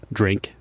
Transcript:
drink